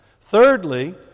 Thirdly